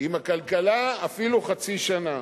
עם הכלכלה אפילו חצי שנה.